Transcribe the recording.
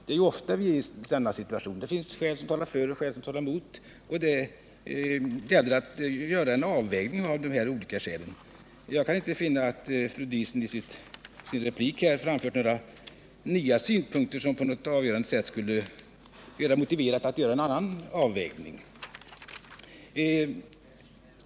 Vi är ju ofta i den situationen att det finns skäl som talar för och skäl som talar emot, och det gäller då att göra en avvägning av de olika skälen. Jag kan inte finna att fru Diesen i sin replik här har framfört några nya synpunkter, som på ett avgörande sätt skulle motivera att man gjorde en annan avvägning.